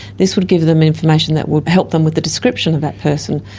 this would give them information that would help them with the description of that person.